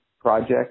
project